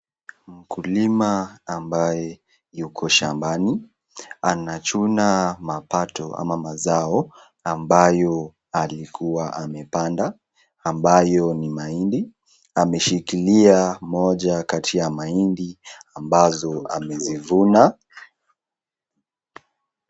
Mkulima ambaye yuko shambani, anachuna mapato, ama mazao ambayo alikuwa amepanda, ambayo ni mahindi, ameshikilia moja kati ya mahindi ambazo amezivuna.